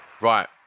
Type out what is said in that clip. Right